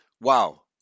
Wow